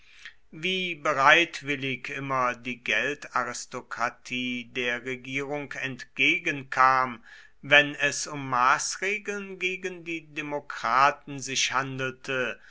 wie bereitwillig immer die geldaristokratie der regierung entgegenkam wenn es um maßregeln gegen die demokraten sich handelte